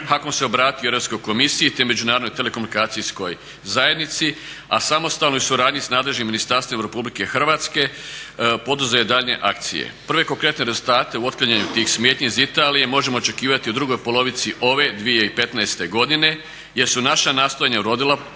HAKOM se obratio Europskoj komisiji te Međunarodnoj telekomunikacijskoj zajednici a samostalnoj suradnji s nadležnim ministarstvom RH poduzeo je daljnje akcije. Prve konkretne rezultate u otklanjanju tih smetnji iz Italije možemo očekivati u drugoj polovici ove 2015. godine jer su naša nastojanja urodila konačno